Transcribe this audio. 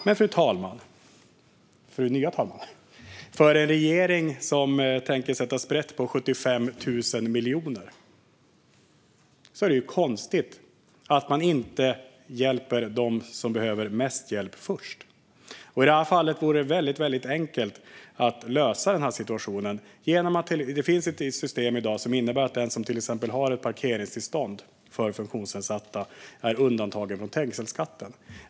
Men, fru talman, för en regering som tänker sätta sprätt på 75 000 miljoner är det konstigt att man inte hjälper dem som behöver mest hjälp först. I detta fall vore det väldigt enkelt att lösa situationen. Det finns i dag ett visst system som innebär att den som till exempel har ett parkeringstillstånd för funktionsnedsatta är undantagen från trängselskatten.